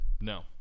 No